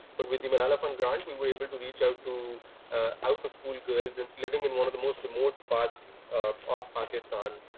but with the malala fund grant, we were able to reach out to out of school girls and living in one of the most remote parts of of pakistan.